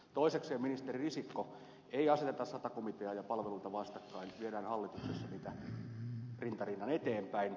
toisekseen ministeri risikko ei aseteta sata komiteaa ja palveluita vastakkain viedään hallituksessa niitä rinta rinnan eteenpäin